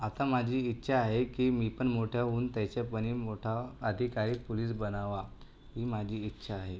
आता माझी इच्छा आहे की मी पण मोठं होऊन त्याच्यापणही मोठा अधिकारी पुलीस बनावा ही माझी इच्छा आहे